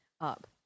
up